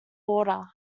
border